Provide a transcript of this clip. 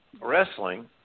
wrestling